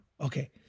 Okay